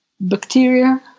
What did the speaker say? Bacteria